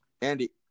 Andy